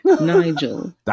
Nigel